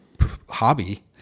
hobby